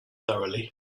thoroughly